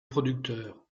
producteur